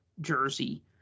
jersey